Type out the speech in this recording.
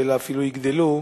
אלא אפילו יגדלו,